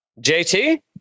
jt